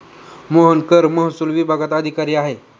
मोहन कर महसूल विभागात अधिकारी आहे